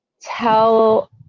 tell